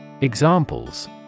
Examples